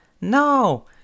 No